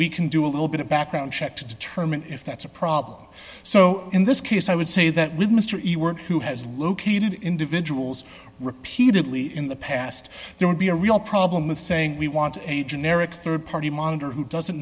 we can do a little bit of background check to determine if that's a problem so in this case i would say that with mr who has located individuals repeatedly in the past there would be a real problem with saying we want a generic rd party monitor who doesn't